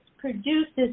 produces